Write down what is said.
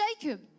Jacob